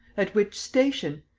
at which station?